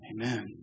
Amen